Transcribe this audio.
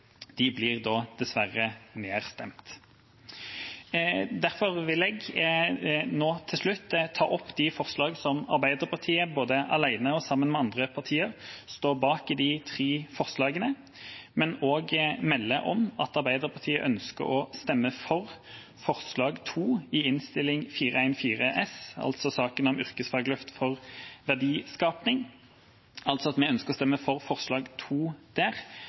dessverre nedstemt. Derfor vil jeg nå til slutt ta opp de forslagene som Arbeiderpartiet sammen med andre partier står bak i de tre innstillingene, men også melde at Arbeiderpartiet ønsker å stemme for forslag nr. 2 i Innst. 414 S, altså saken om yrkesfagløft for verdiskaping, som handler om å